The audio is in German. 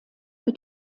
für